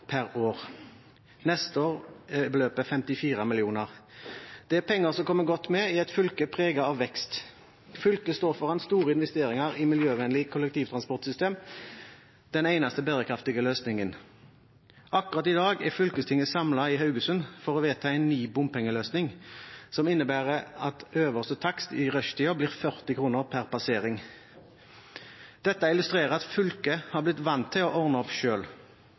år. Neste år er beløpet 54 mill. kr. Det er penger som kommer godt med i et fylke preget av vekst. Fylket står foran store investeringer i miljøvennlig kollektivtransportsystem – den eneste bærekraftige løsningen. Akkurat i dag er fylkestinget samlet i Haugesund for å vedta en ny bompengeløsning som innebærer at øverste takst i rushtida blir 40 kr per passering. Dette illustrerer at fylket har blitt vant til å ordne opp